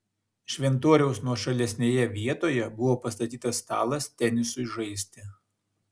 šventoriaus nuošalesnėje vietoje buvo pastatytas stalas tenisui žaisti